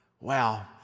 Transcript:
Wow